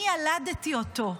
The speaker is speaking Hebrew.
אני ילדתי אותו.